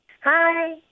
Hi